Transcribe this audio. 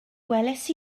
gwelais